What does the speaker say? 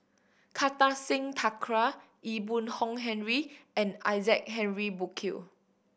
Kartar Singh Thakral Ee Boon Hong Henry and Isaac Henry Burkill